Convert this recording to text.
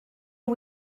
are